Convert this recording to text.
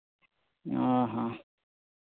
ᱚ ᱦᱚᱸ